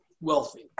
wealthy